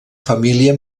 família